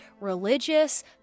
religious